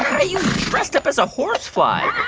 are you dressed up as a horsefly?